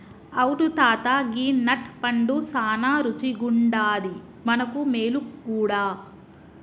అవును తాత గీ నట్ పండు సానా రుచిగుండాది మనకు మేలు గూడా